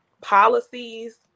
policies